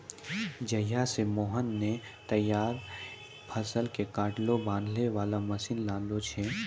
जहिया स मोहन नॅ तैयार फसल कॅ काटै बांधै वाला मशीन लानलो छै